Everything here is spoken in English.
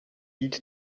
eat